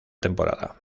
temporada